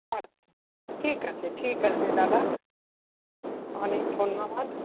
আচ্ছা ঠিক আছে ঠিক আছে দাদা অনেক ধন্যবাদ